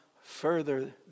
further